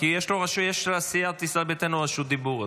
כי לסיעת ישראל ביתנו יש רשות דיבור.